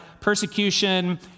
persecution